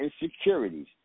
insecurities